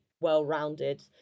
well-rounded